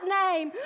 name